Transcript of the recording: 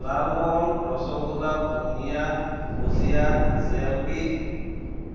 লালমোহন ৰসগোল্লা বুন্দিয়া ভুজিয়া জেলেপী